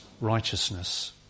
righteousness